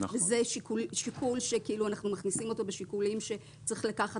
שיקול שאנחנו מכניסים אותו בשיקולים שצריך לקחת